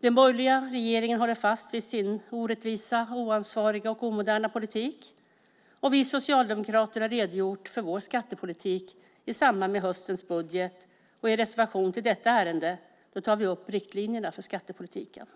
Den borgerliga regeringen håller fast vid sin orättvisa, oansvariga och omoderna politik. Vi socialdemokrater har redogjort för vår skattepolitik i samband med höstens budget. I en reservation till detta ärende tar vi upp riktlinjerna för skattepolitiken.